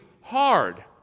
hard